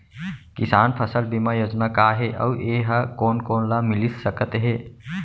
किसान फसल बीमा योजना का हे अऊ ए हा कोन कोन ला मिलिस सकत हे?